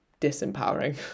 disempowering